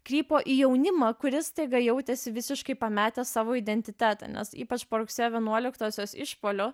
krypo į jaunimą kuris staiga jautėsi visiškai pametęs savo identitetą nes ypač po rugsėjo vienuoliktosios išpuolio